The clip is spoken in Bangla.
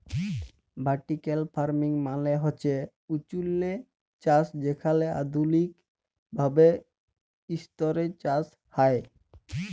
ভার্টিক্যাল ফারমিং মালে হছে উঁচুল্লে চাষ যেখালে আধুলিক ভাবে ইসতরে চাষ হ্যয়